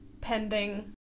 pending